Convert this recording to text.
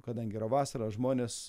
kadangi yra vasara žmonės